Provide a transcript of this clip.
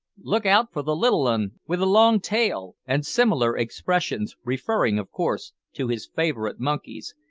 look out for the little un wi the long tail! and similar expressions, referring of course to his favourite monkeys,